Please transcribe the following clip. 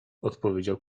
odpowiedział